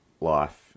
life